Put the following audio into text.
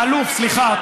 אלוף, סליחה.